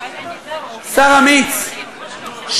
שר אמיץ,